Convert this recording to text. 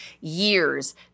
years